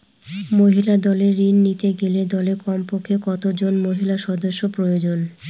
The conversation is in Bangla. মহিলা দলের ঋণ নিতে গেলে দলে কমপক্ষে কত জন মহিলা সদস্য প্রয়োজন?